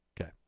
Okay